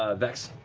ah vex.